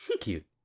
cute